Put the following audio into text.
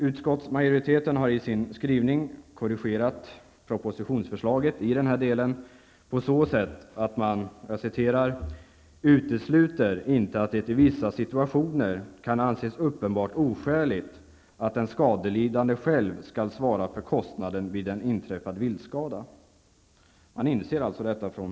Utskottsmajoriteten har i sin skrivning korrigerat propositionsförslaget i denna del på så sätt att utskottet utesluter inte att det i vissa situationer kan anses uppenbart oskäligt att den skadelidande själv skall svara för kostnaden vid en inträffad viltskada. Majoriteten inser alltså detta.